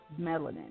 melanin